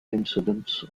incidents